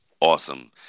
Awesome